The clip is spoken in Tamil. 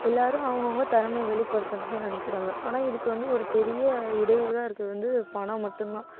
எல்லாரும் அவங்க அவங்க திறமைய வெளிப்படுத்த நினைக்கிறாங்க ஆனால் இதுக்கு வந்து ஒரு பெரிய இடையூறாக இருக்கிறது வந்து பணம் மட்டும் தான்